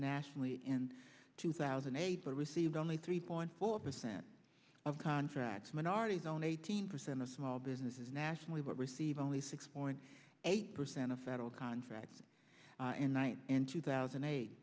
nationally in two thousand and eight for received only three point four percent of contracts minorities own eighteen percent of small businesses nationally but receive only six point eight percent of federal contracts and nine and two thousand and eight